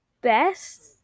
best